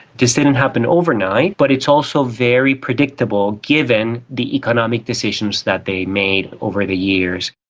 this didn't happen overnight but it's also very predictable given the economic decisions that they made over the years.